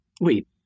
Wait